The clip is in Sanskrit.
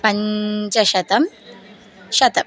पञ्चशतं शतम्